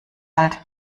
alt